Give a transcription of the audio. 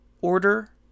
Order